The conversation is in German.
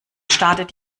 startet